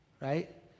right